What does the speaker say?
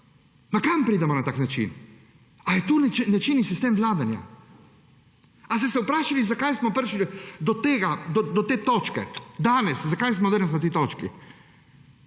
Kam pridemo na tak način? Ali je to način in sistem vladanja? Ali ste se vprašali, zakaj smo prišli do tega, do te točke danes? Zakaj smo danes na tej točki?